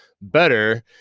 better